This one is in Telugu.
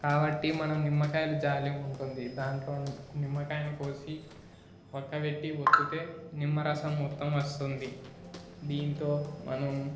కాబట్టి మనం నిమ్మకాయల జాలి ఉంటుంది దానిలో నిమ్మకాయని కోసి పక్క పెట్టి ఒత్తితే నిమ్మరసం మొత్తం వస్తుంది దీనితో మనం